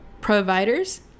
providers